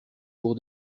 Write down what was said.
pour